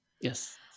yes